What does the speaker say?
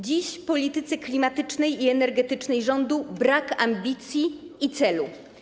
Dziś w polityce klimatycznej i energetycznej rządu brak ambicji i celu.